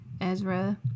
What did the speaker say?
Ezra